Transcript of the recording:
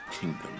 kingdom